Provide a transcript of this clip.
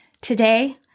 Today